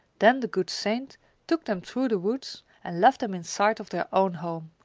then the good saint took them through the woods and left them in sight of their own home.